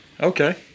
Okay